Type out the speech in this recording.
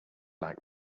like